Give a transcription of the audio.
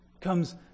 Comes